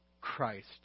Christ